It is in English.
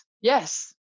Yes